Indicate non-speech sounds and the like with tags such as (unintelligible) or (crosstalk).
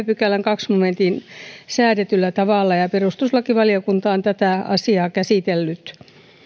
(unintelligible) pykälän toisessa momentissa säädetyllä tavalla ja perustuslakivaliokunta on tätä asiaa käsitellyt